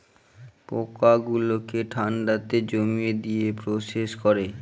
পোকা গুলোকে ঠান্ডাতে জমিয়ে দিয়ে প্রসেস করে